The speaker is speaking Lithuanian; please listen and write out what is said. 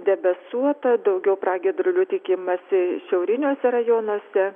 debesuota daugiau pragiedrulių tikimasi šiauriniuose rajonuose